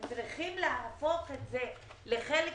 הם צריכים להפוך את זה לחלק